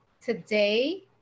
today